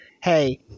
hey